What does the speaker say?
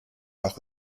auch